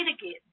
again